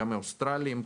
עם האוסטרלים,